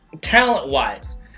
talent-wise